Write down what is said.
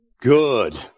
Good